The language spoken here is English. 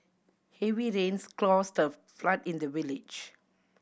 heavy rains caused a flood in the village